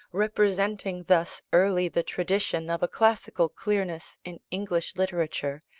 representing thus early the tradition of a classical clearness in english literature,